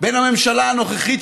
בין הממשלה הנוכחית,